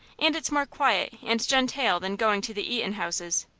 and it's more quiet and gentale than goin' to the eatin'-houses.